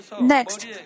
Next